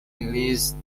released